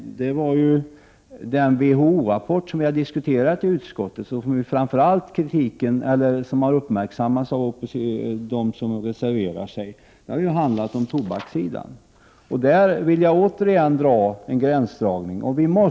Men den WHO-rapport som vi diskuterat i utskottet och som har uppmärksammats av dem som har reserverat sig handlar om tobaken. Där vill jag återigen dra en gräns.